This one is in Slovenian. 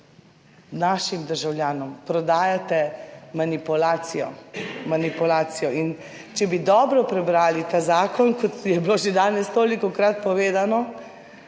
našim državljanom prodajate manipulacijo. Manipulacijo. In če bi dobro prebrali ta zakon, kot je bilo že danes tolikokrat povedano,